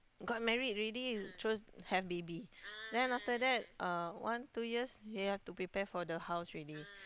got married already terus have baby then after that uh one two years we have to prepare for the house already